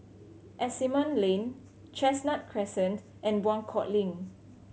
Asimont Lane Chestnut Crescent and Buangkok Link